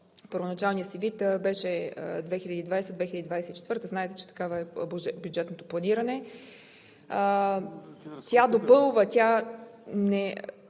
първоначалния си вид беше 2020 – 2024 г. Знаете, че такова е бюджетното планиране. Тя допълва, а не